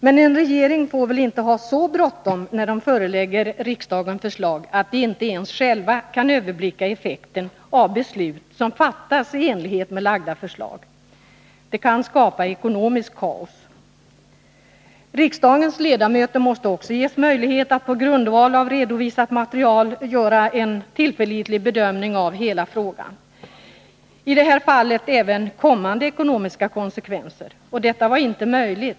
Men en regering får väl inte ha så bråttom när den förelägger riksdagen förslag att den inte ens själv kan överblicka effekten av beslut som fattas i enlighet med framlagda förslag. Det kan skapa ekonomiskt kaos. Riksdagens ledamöter måste ges möjlighet att på grundval av redovisat material göra en tillförlitlig bedömning av hela frågan, i det här fallet även av kommande ekonomiska konsekvenser, och detta var inte möjligt.